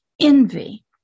envy